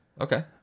Okay